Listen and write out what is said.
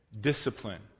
Discipline